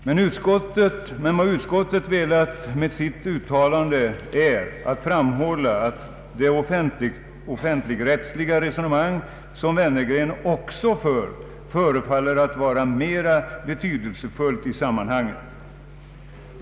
Men vad utskottet velat med sitt uttalande är att framhålla att det offentligrättsliga resonemang som Wennergren också för förefaller att vara mera betydelsefullt i sammanhanget.